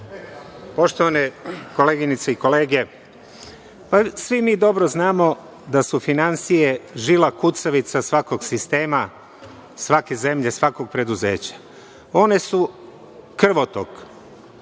Đorđe. Poštovane koleginice i kolege, svi mi dobro znamo da su finansije žila kucavica svakog sistema svake zemlje, svakog preduzeća. One su krvotok